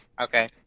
Okay